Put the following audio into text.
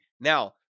Now